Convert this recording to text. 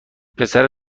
پسر